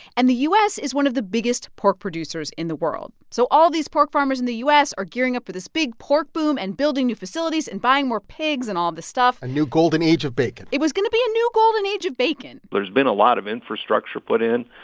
and the u s. is one of the biggest pork producers in the world. so all these pork farmers in the u s. are gearing up for this big pork boom and building new facilities and buying more pigs and all this stuff a new golden age of bacon it was going to be a new golden age of bacon there's been a lot of infrastructure put in.